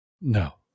No